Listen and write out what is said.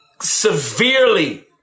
severely